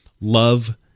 Love